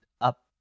up